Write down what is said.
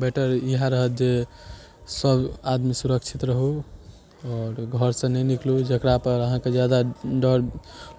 better इएह रहत जे सब आदमी सुरक्षित रहू आओर घरसँ नहि निकलू जकरा उपर अहाँके जादा डर